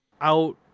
out